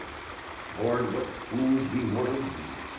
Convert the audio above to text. lord, what fools we mortals be